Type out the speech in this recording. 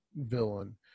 villain